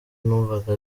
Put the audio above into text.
numvaga